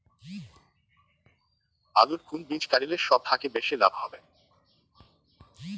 আলুর কুন বীজ গারিলে সব থাকি বেশি লাভ হবে?